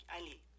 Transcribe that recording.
Ali